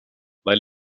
weil